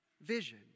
vision